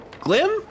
glim